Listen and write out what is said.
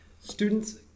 students